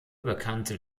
bekannte